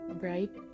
bright